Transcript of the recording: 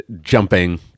jumping